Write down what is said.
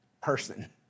person